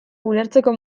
ulertzeko